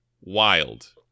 Wild